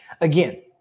Again